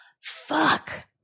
fuck